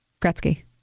Gretzky